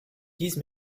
these